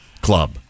club